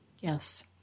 Yes